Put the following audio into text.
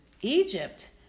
Egypt